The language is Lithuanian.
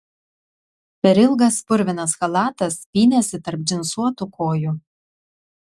per ilgas purvinas chalatas pynėsi tarp džinsuotų kojų